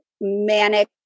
manic